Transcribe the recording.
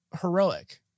heroic